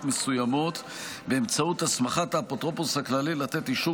מסוימות באמצעות הסמכת האפוטרופוס הכללי לתת אישור